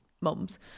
mums